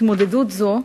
התמודדות זו,